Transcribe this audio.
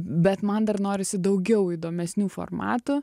bet man dar norisi daugiau įdomesnių formatų